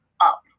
up